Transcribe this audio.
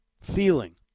feeling